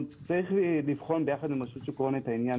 נצטרך לבחון יחד עם רשות שוק ההון את העניין